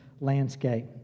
landscape